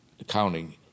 accounting